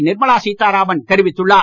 நிர்மலா சீத்தாராமன் தெரிவித்துள்ளார்